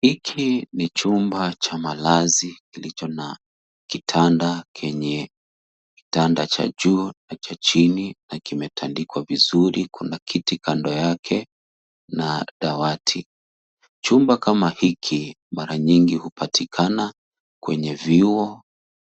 Hiki ni chumba cha malazi kilicho na kitanda kenye kitanda cha juu na cha chini na kimetandikwa vizuri. Kuna kiti kando yake na dawati. Chumba kama hiki mara nyingi hupatikana kwenye vyuo